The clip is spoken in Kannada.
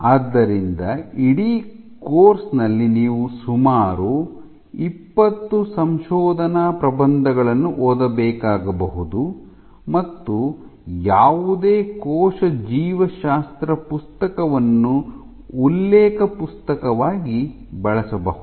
ಆದ್ದರಿಂದ ಇಡೀ ಕೋರ್ಸ್ ನಲ್ಲಿ ನೀವು ಸುಮಾರು 20 ಸಂಶೋಧನಾ ಪ್ರಬಂಧಗಳನ್ನು ಓದಬೇಕಾಗಬಹುದು ಮತ್ತು ಯಾವುದೇ ಕೋಶ ಜೀವಶಾಸ್ತ್ರ ಪುಸ್ತಕವನ್ನು ಉಲ್ಲೇಖ ಪುಸ್ತಕವಾಗಿ ಬಳಸಬಹುದು